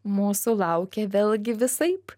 mūsų laukia vėlgi visaip